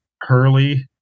Hurley